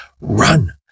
Run